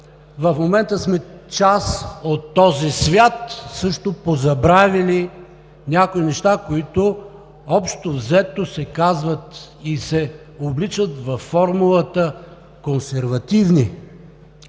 в момента сме част от този свят, също позабравили някои неща, които, общо взето, се казват и се обличат във формулата „консервативни“.